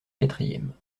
quatrième